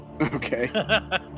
Okay